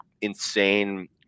insane